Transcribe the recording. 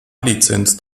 lizenz